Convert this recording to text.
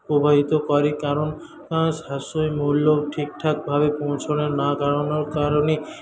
প্রবাহিত করে কারণ সাশ্রয়ী মূল্য ঠিকঠাকভাবে পৌঁছানোর না দাঁড়ানোর কারণে